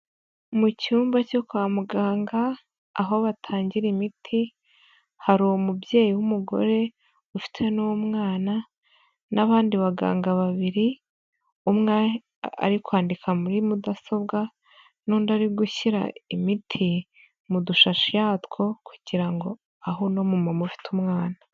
Mu cyumba cyo kwa muganga aho batangira imiti hari umubyeyi w'umugore ufite n'umwana n'abandi baganga babiri umwe ari kwandika muri mudasobwa n'undi ari gushyira imiti mu dushashi yatwo kugira ngo ahe uno mu mama ufite umwana.